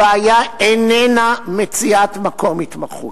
הבעיה אינה מציאת מקום התמחות,